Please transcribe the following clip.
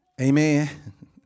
Amen